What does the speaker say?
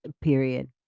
period